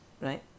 right